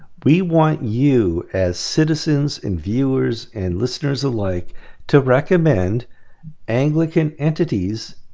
we want you as citizens and viewers and listeners alike to recommend anglican entities,